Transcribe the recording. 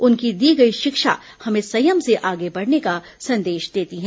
उनकी दी गई शिक्षा हमें संयम से आगे बढ़ने का संदेश देती है